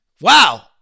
wow